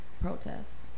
Protests